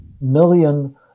million